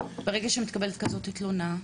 ברגע שמתקבלת כזאת תלונה?